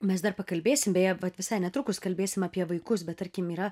mes dar pakalbėsim beje vat visai netrukus kalbėsim apie vaikus bet tarkim yra